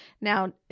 Now